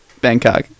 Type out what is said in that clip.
Bangkok